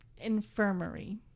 Infirmary